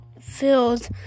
filled